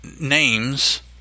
names